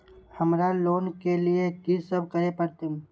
हमरा लोन ले के लिए की सब करे परते?